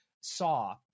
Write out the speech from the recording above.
saw